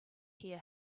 hear